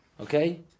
Okay